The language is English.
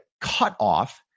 cutoff